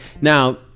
Now